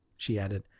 she added,